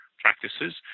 practices